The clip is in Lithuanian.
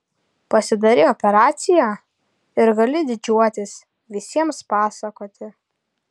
pasidarei operaciją ir gali didžiuotis visiems pasakoti